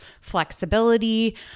flexibility